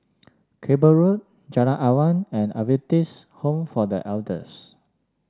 Cable Road Jalan Awan and Adventist Home for The Elders